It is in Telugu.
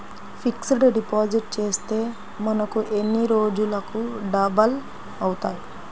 ఫిక్సడ్ డిపాజిట్ చేస్తే మనకు ఎన్ని రోజులకు డబల్ అవుతాయి?